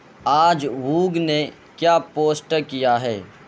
آج ووگ نے کیا پوسٹ کیا ہے